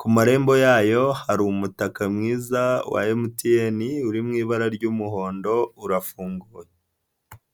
ku marembo yayo hari umutaka mwiza wa MTN, uri mu ibara ry'umuhondo, urafunguye.